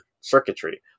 circuitry